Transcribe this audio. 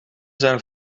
zijn